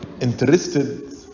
interested